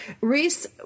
Reese